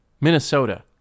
minnesota